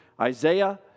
Isaiah